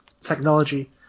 technology